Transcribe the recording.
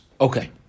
Okay